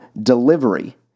delivery